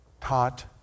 Taught